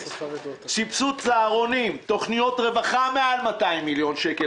סבסוד צהרונים; תוכניות רווחה מעל 200 מיליון שקל